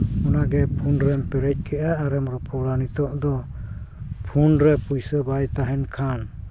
ᱚᱱᱟᱜᱮ ᱯᱷᱳᱱ ᱨᱮᱢ ᱯᱮᱨᱮᱡ ᱠᱮᱜᱼᱟ ᱟᱨ ᱮᱢ ᱨᱚᱯᱚᱲᱟ ᱱᱤᱛᱚᱜ ᱫᱚ ᱯᱷᱳᱱ ᱨᱮ ᱯᱩᱭᱥᱟᱹ ᱵᱟᱭ ᱛᱟᱦᱮᱱ ᱠᱷᱟᱱ